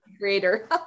creator